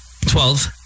Twelve